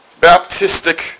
baptistic